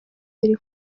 abiri